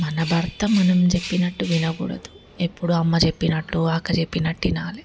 మన భర్త మనం చెప్పినట్టు వినకూడదు ఎప్పుడు అమ్మ చెప్పినట్టు ఆక్క చెప్పినట్టే వినాలి